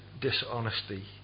dishonesty